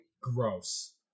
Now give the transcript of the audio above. Gross